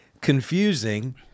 Confusing